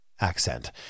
accent